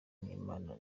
n’imana